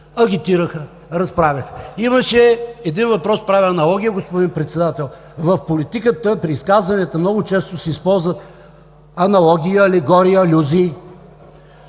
агитираха, разправяха. Имаше един въпрос, правя аналогия, господин Председател, в политиката при изказванията много често се използва аналогия, алегория, алюзии.